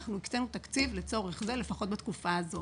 הקצינו תקציב לצורך זה לפחות בתקופה הזאת.